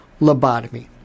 lobotomy